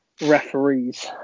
referees